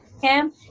cam